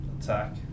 attack